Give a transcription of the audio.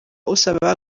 asaba